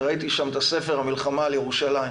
וראיתי שם את הספר 'המלחמה על ירושלים'